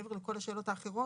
מעבר לכל השאלות האחרות,